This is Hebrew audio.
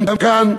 גם כאן,